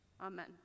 Amen